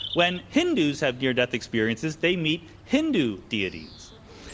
when hindus have near-death experiences, they meet hindu deities.